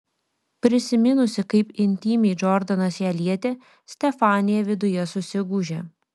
prisiminusi kaip intymiai džordanas ją lietė stefanija viduje susigūžė